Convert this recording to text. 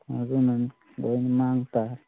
ꯑꯗꯨꯅꯅꯤ ꯂꯣꯏꯅ ꯃꯥꯡ ꯇꯥꯔꯦ